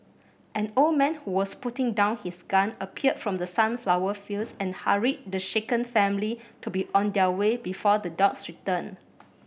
an old man who was putting down his gun appeared from the sunflower fields and hurried the shaken family to be on their way before the dogs return